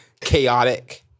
chaotic